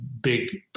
big